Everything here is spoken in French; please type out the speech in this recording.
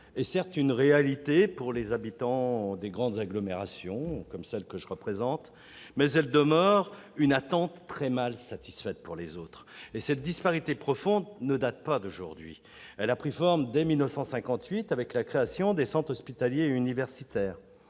est certes une réalité pour les habitants des grandes agglomérations, dont je suis un représentant, mais elle demeure une attente très mal satisfaite pour les autres. Cette disparité profonde ne date pas d'aujourd'hui. Elle a pris forme dès 1958 avec la création des centres hospitaliers et universitaires.